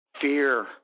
fear